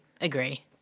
agree